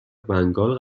بنگال